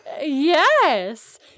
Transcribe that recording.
Yes